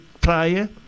prior